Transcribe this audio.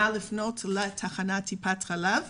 נא לפנות לתחנות טיפת החלב,